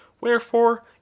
Wherefore